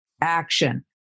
action